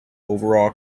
overall